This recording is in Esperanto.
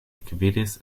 ekvidis